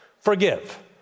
forgive